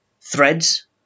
Threads